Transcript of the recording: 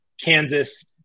Kansas